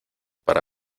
para